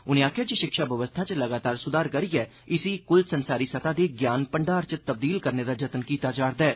उनें आखेआ जे शिक्षा बवस्था च लगातार सुधार करियै इसी कुल संसारी सतह दे ज्ञान भंडार च तब्दील करने दा जतन कीता जा'रदा ऐ